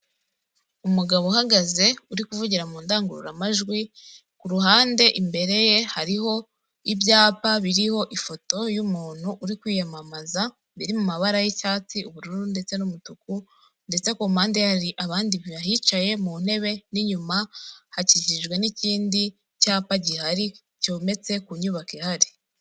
Umugabo uhagaze uri kuvugira mu ndangururamajwi, ku ruhande imbere ye hariho, ibyapa biriho ifoto y'umuntu uri kwiyamamaza, biri mu mabara y'icyatsi, ubururu ndetse n'umutuku, ndetse ku mpande ye hari abandi bahicaye mu ntebe n'inyuma hakikijwe n'ikindi cyapa gihari cyometse ku nyubako ihari.